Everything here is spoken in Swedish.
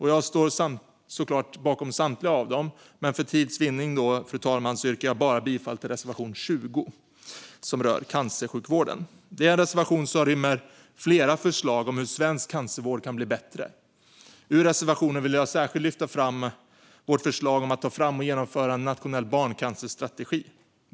Jag står såklart bakom samtliga moderata reservationer, men för tids vinnande yrkar jag bifall bara till reservation 20, som rör cancersjukvården. Det en reservation som rymmer flera förslag om hur svensk cancervård kan bli bättre. Ur reservationen vill jag särskilt lyfta fram vårt förslag om att ta fram och genomföra en nationell barncancerstrategi.